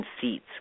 seats